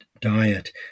diet